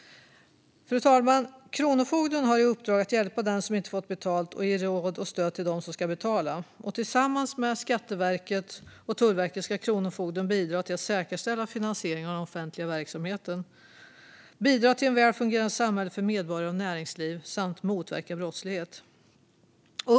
Fru talman! Kronofogden har i uppdrag att hjälpa den som inte fått betalt och ge råd och stöd till den som ska betala. Tillsammans med Skatteverket och Tullverket ska Kronofogden bidra till att säkerställa finansieringen av den offentliga verksamheten, bidra till ett väl fungerande samhälle för medborgare och näringsliv samt motverka brottslighet.